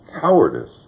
cowardice